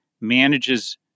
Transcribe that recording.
manages